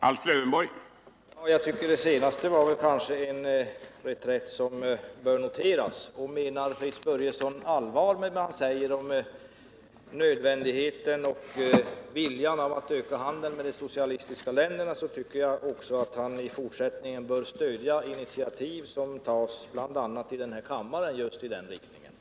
Herr talman! Det senast anförda var kanske en reträtt som bör noteras. Menar Fritz Börjesson allvar med vad han säger om nödvändigheten av och viljan till att öka handeln med de socialistiska länderna, tycker jag också att han i fortsättningen bör stödja initiativ som tas bl.a. i den här kammaren just i den riktningen.